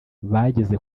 bageze